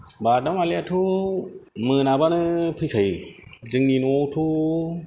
बादामालियाथ' मोनाब्लानो फैखायो जोंनि न'आवथ'